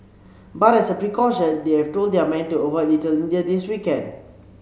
but as a precaution they have told their men to avoid Little India this weekend